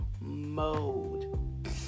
mode